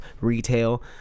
retail